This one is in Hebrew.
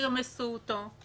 אתם תרמסו אותו,